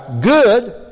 good